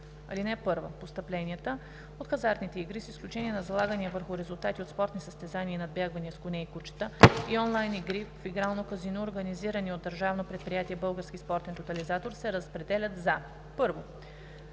Чл. 14. (1) Постъпленията от хазартните игри, с изключение на залагания върху резултати от спортни състезания и надбягвания с коне и кучета и игри онлайн в игрално казино, организирани от Държавно предприятие „Български спортен тотализатор“, се разпределят за: 1.